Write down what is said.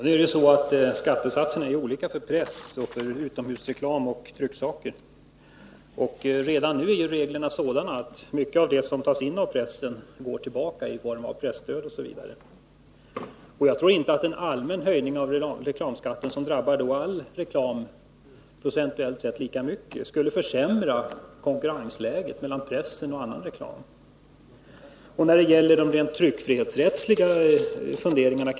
Herr talman! Skattesatsen är olika för press och för utomhusreklam och trycksaker. Och redan nu är reglerna sådana att mycket av det som tas in från pressen går tillbaka i form av presstöd o. d. Jag tror inte att en allmän höjning av reklamskatten — som drabbar all reklam lika mycket procentuellt sett — skulle försämra konkurrensläget för pressen jämfört med annan reklam.